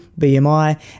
bmi